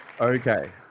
Okay